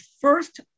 first